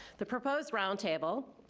the proposed roundtable,